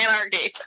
anarchy